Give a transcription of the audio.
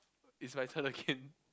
it's like